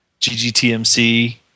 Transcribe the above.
GGTMC